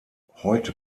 heute